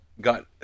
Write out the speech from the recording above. got